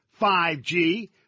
5G